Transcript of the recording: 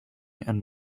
and